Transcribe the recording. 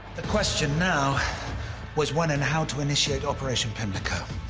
the question now was when and how to initiate operation pimlico,